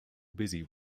busy